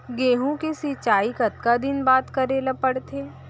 गेहूँ के सिंचाई कतका दिन बाद करे ला पड़थे?